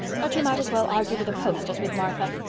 but you might as well argue with a post as with martha.